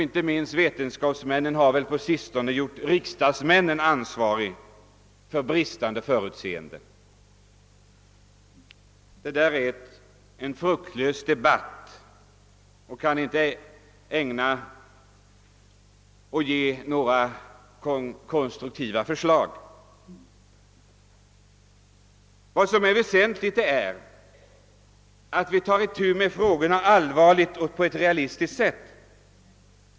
Inte minst vetenskapsmännen har på sistone gjort riksdagsmännen ansvariga för bristande förutseende. Detta är en fruktlös debatt som inte kan medverka till några konstruktiva förslag. Vad som är väsentligt är att vi tar itu med frågorna allvarligt och på ett realistiskt sätt.